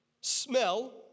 Smell